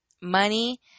money